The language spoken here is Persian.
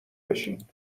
بشین